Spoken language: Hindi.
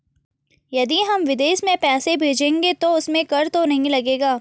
यदि हम विदेश में पैसे भेजेंगे तो उसमें कर तो नहीं लगेगा?